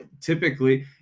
Typically